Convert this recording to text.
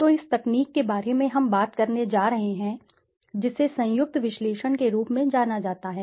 तो इस तकनीक के बारे में हम बात करने जा रहे हैं जिसे संयुक् त विश्लेषण के रूप में जाना जाता है